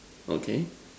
okay